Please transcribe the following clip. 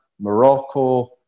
Morocco